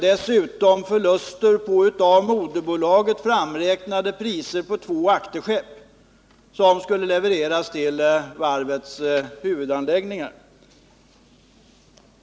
Dessutom har förluster uppstått enligt priser framräknade av moderbolaget på två akterskepp, som skulle levereras till varvets huvudanläggningar.